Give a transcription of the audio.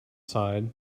sighed